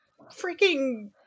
freaking